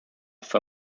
for